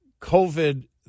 COVID